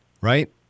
right